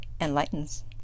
enlightens